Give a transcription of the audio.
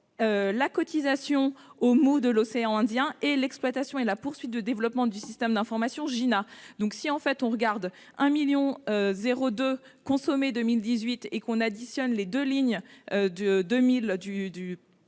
la cotisation au mot de l'océan Indien et l'exploitation et la poursuite du développement du système d'information Gina donc si en fait, on regarde un 1000000 0 consommer 2018 et qu'on additionne les 2 lignes de